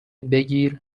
بگیر